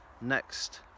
next